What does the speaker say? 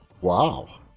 Wow